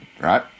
right